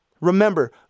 remember